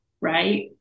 Right